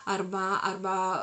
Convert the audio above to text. arba arba